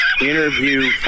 interview